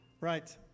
right